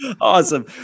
Awesome